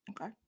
Okay